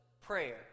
prayer